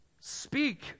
Speak